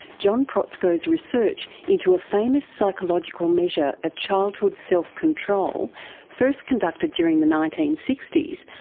john protzko's research into a famous psychological measure of childhood self-control first conducted during the nineteen sixty s,